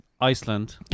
Iceland